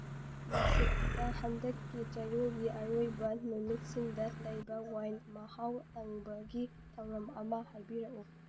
ꯅꯥꯁꯤꯛꯇ ꯍꯟꯗꯛꯀꯤ ꯆꯌꯣꯜꯒꯤ ꯑꯔꯣꯏꯕ ꯅꯨꯃꯤꯠꯁꯤꯡꯗ ꯂꯩꯕ ꯋꯥꯏꯟ ꯃꯍꯥꯎ ꯇꯪꯕꯒꯤ ꯊꯧꯔꯝ ꯑꯃ ꯍꯥꯏꯕꯤꯔꯛꯎ